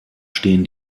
stehen